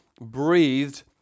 breathed